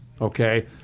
Okay